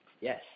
Yes